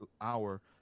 hour